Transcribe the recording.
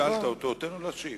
שאלת אותו, תן לו להשיב.